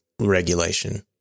regulation